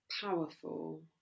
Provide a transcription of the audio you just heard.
powerful